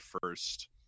first